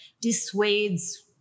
dissuades